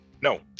No